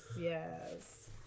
yes